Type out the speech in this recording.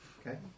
Okay